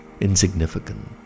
insignificant